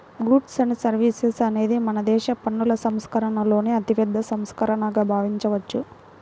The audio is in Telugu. గూడ్స్ అండ్ సర్వీసెస్ అనేది మనదేశ పన్నుల సంస్కరణలలో అతిపెద్ద సంస్కరణగా భావించవచ్చు